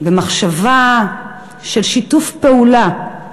במחשבה של שיתוף פעולה,